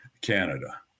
Canada